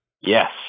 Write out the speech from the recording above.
yes